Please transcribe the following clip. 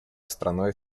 страной